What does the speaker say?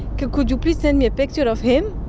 could could you please send me a picture but of him?